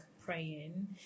praying